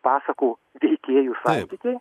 pasakų veikėjų santykiai